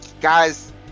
guys